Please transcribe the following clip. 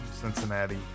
Cincinnati